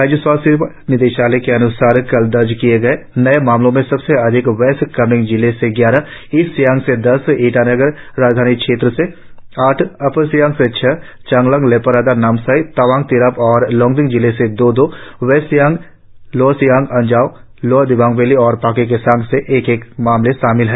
राज्य स्वास्थ्य सेवा निदेशालय के अन्सार कल दर्ज किए नए मामलों में सबसे अधिक वेस्ट कामेंग जिले से ग्यारह ईस्ट सियांग से दस ईटानगर राजधानी क्षेत्र से आठ अपर सियांग से छह चांगलांग लेपारादा नामसाई तवांग तिरप और लोंगडिंग जिले से दो दो West Siang Lower Siang Anjaw Lower Dibang Valley और पाक्के केसांग जिले से एक एक मामले शामिल हैं